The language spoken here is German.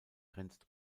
grenzt